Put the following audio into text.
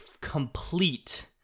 complete